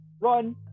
run